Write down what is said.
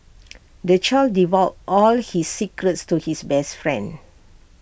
the child divulged all his secrets to his best friend